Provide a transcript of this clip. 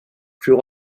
plus